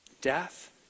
Death